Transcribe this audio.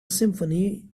symphony